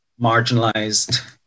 marginalized